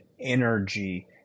energy